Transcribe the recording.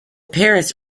parish